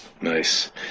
Nice